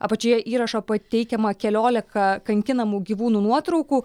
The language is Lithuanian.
apačioje įrašo pateikiama keliolika kankinamų gyvūnų nuotraukų